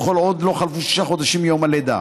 וכל עוד לא חלפו שישה חודשים מיום הלידה.